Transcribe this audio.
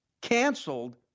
canceled